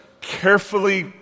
carefully